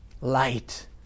light